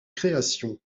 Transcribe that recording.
créations